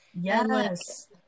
Yes